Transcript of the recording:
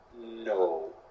No